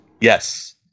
Yes